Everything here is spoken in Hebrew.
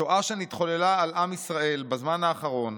"השואה שנתחוללה על עם ישראל בזמן האחרון,